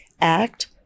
act